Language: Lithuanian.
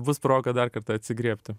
bus proga dar kartą atsigriebti